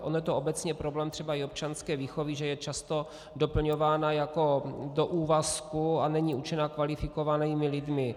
On je to obecně problém třeba i občanské výchovy, že je často doplňována do úvazku a není učena kvalifikovanými lidmi.